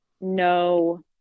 no